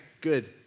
good